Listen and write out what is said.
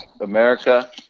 America